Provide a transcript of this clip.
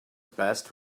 best